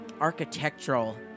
architectural